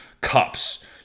cups